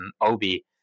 Obi